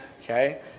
okay